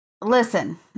Listen